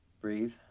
breathe